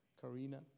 Karina